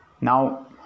Now